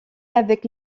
avec